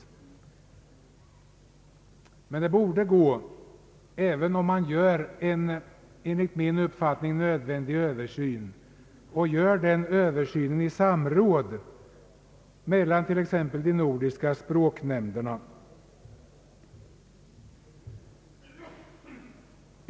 Sådana svårigheter borde kunna överbryggas, även om man gör en Översyn av stavningsreglerna. En sådan översyn kunde ju göras i samråd mellan t.ex. de nordiska språknämnderna.